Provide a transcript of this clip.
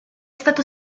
stato